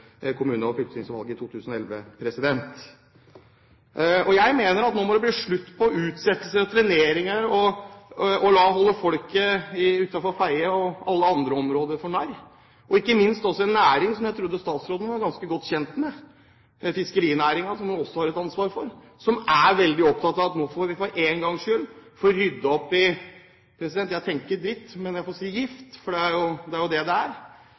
kommune- og fylkestingsvalget i 2011. Jeg mener at nå må det bli slutt på utsettelser, treneringer og å holde folk utenfor Fedje og i alle andre områder for narr, og ikke minst også en næring, som jeg trodde statsråden var ganske godt kjent med, fiskerinæringen, som hun også har et ansvar for, og som er veldig opptatt av at vi nå for én gangs skyld får ryddet opp i – jeg tenker dritten – jeg får si giften, for det er jo det det er. Jeg synes også det er